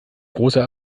großer